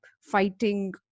fighting